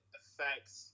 affects